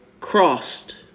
crossed